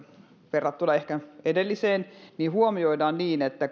verrattuna ehkä edelliseen huomioidaan niin että